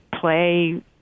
play